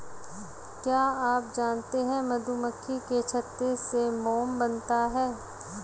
क्या आप जानते है मधुमक्खी के छत्ते से मोम बनता है